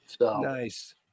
nice